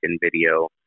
video